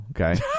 okay